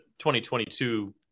2022